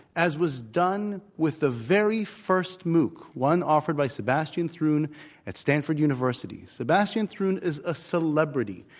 as was done with the very first mooc, one offered by sebastian thrune at stanford university. sebastian thrune is a celebrity.